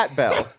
bell